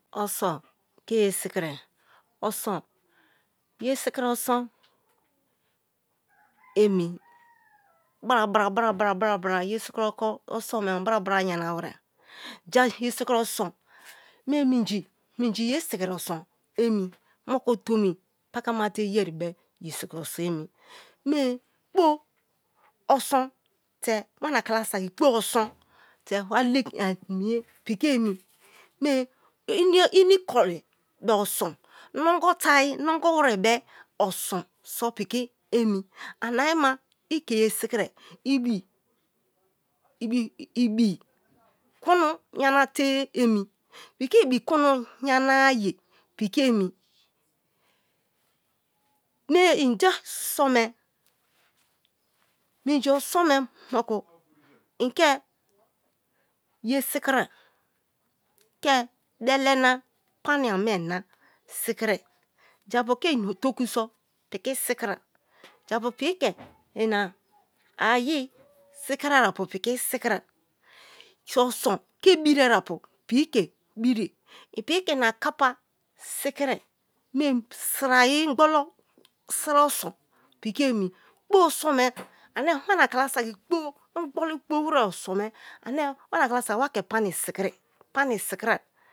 Oson ike ye sikiriye oson, ye sikiri oson emi, bra- bra, bra- bra bra- bra ye sikiri oson me ani bra- bra yana were. Ja ye sikiri oson minji ye sikiri oson emi, moku tomi pakama te yeri be ye sikiri oson emi mee kpo oson te wana kala siki kpo oson te walekire piki emi ini koli be oson, nogo te ayi, nogo were be oson so piki emi, ani ayi ma ike ye sikirie ibi kunu yana te ye emi piki ibi kunu yana-a ye piki emi, ye minji oson me moku ike ye sikirie i ke belena, pani so piki sikirie japu ke ina otoku so piki sikire japu ke ina otoku so piki sikirie japu piki ke ina ayi sikirie apu piki sikirie, ja oson ke birie apu piki ke birie, i piki ke ina kapa sikirie, mie sira ayi ingbolu sira oson piki emi kpo oson ane wana kalasaki ane ingboli kpo were oson me ane wana kala saki wa ke pani sikirie, pani sikirie.